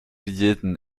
jeden